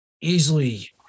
easily